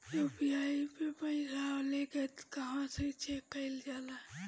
UPI मे पइसा आबेला त कहवा से चेक कईल जाला?